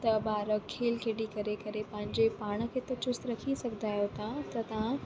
त ॿार खेल खेॾी करे करे पंहिंजे पाण खे त चुस्त रखी सघंदा आहियो तव्हां त तव्हां